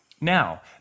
Now